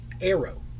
arrow